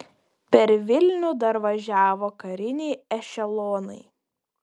per vilnių dar važiavo kariniai ešelonai